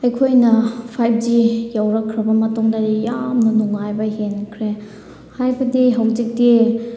ꯑꯩꯈꯣꯏꯅ five G ꯌꯧꯔꯛꯈ꯭ꯔꯕ ꯃꯇꯨꯡꯗꯗꯤ ꯌꯥꯝꯅ ꯅꯨꯡꯉꯥꯏꯕ ꯍꯦꯟꯈ꯭ꯔꯦ ꯍꯥꯏꯕꯗꯤ ꯍꯧꯖꯤꯛꯇꯤ